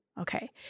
Okay